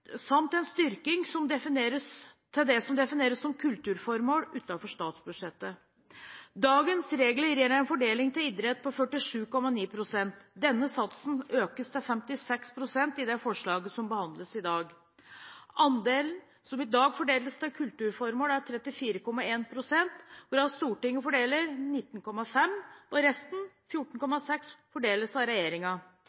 samt en styrking av det som defineres som kulturformål utenfor statsbudsjettet. Dagens regler gir en fordeling til idrett på 47,9 pst. Denne satsen økes til 56 pst. i det forslaget som behandles i dag. Andelen som i dag fordeles til kulturformål, er på 34,1 pst., hvorav Stortinget fordeler 19,5 pst., og resten,